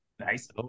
Nice